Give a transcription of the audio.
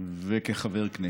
וכחבר כנסת.